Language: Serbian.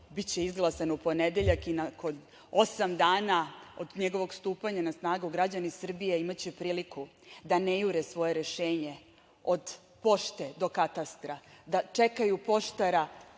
biće izglasan u ponedeljak i nakon osam dana od njegovog stupanja na snagu građani Srbije imaće priliku da ne jure svoje rešenje od pošte do katastra, da čekaju poštara